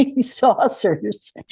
saucers